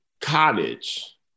cottage